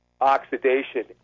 oxidation